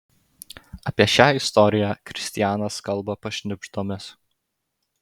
apie šią istoriją kristianas kalba pašnibždomis